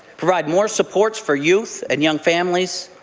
provide more supports for youth and young families,